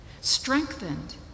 strengthened